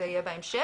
זה יהיה בהמשך,